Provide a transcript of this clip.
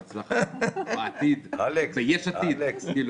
בהצלחה בעתיד, ביש עתיד.